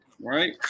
Right